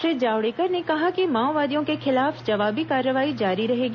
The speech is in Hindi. श्री जावड़ेकर ने कहा कि माओवादियों के खिलाफ जवाबी कार्रवाई जारी रहेगी